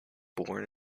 born